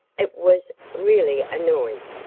it was really a noise,